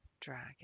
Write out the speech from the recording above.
dragon